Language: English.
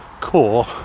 core